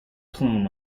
plume